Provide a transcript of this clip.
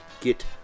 get